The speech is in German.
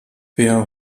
wer